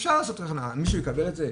אפשר לעשות תקנה, מישהו יקבל את זה?